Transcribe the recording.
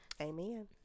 Amen